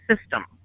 system